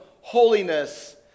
holiness